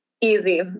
Easy